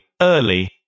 early